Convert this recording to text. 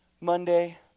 Monday